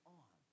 on